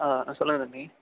ஆ சொல்லுங்கள் தம்பி